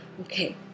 Okay